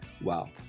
Wow